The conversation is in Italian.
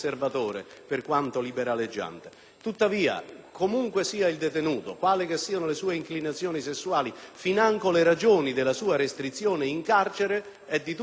qualunque sia il detenuto, quali che siano le sue inclinazioni sessuali, financo le ragioni della sua restrizione in carcere, è di tutta evidenza che in un Paese civile, quale ci onoriamo di essere,